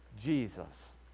Jesus